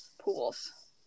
pools